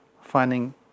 finding